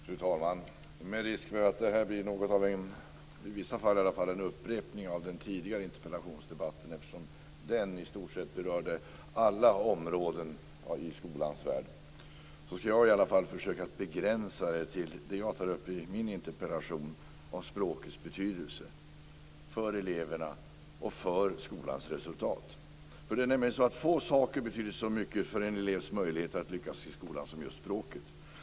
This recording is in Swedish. Fru talman! Med risk för att det här blir något av en upprepning av den tidigare interpellationsdebatten - den berörde i stort sett alla områden i skolans värld - ska jag försöka begränsa mig till det som jag tar upp i min interpellation om språkets betydelse för eleverna och för skolans resultat. Få saker betyder så mycket för en elevs möjligheter att lyckas i skolan som just språket.